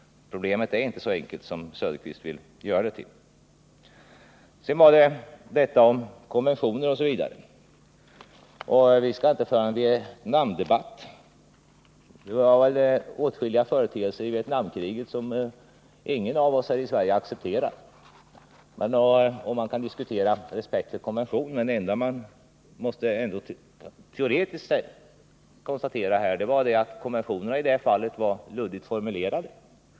Problemet är inte så enkelt som Oswald Söderqvist vill göra det till. Sedan till resonemanget om konventioner osv. Vi skall inte föra en Vietnamdebatt nu. Det var väl åtskilliga företeelser i Vietnamkriget som ingen av oss här i Sverige kunde acceptera, och man kan diskutera respekten för konventioner. Men det enda vi teoretiskt kan konstatera är att konventionerna i det fallet var luddigt formulerade.